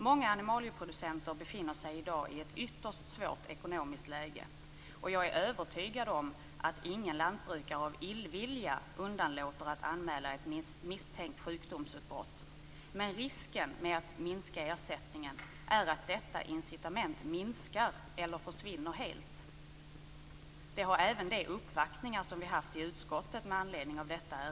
Många animalieproducenter befinner sig i dag i ett ytterst svårt ekonomiskt läge, och jag är övertygad om att ingen lantbrukare av illvilja underlåter att anmäla ett misstänkt sjukdomsutbrott. Men risken med att minska ersättningen är att detta incitament minskar eller försvinner helt. Det har man även påpekat i de uppvaktningar som har kommit till utskottet.